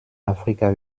afrika